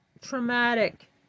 traumatic